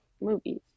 movies